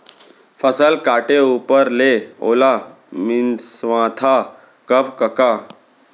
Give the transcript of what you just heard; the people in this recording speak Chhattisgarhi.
फसल काटे ऊपर ले ओला मिंसवाथा कब कका?